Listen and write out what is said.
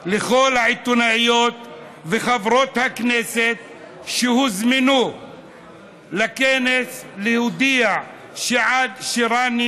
לכל העיתונאיות וחברות הכנסת שהוזמנו לכנס להודיע שעד שרני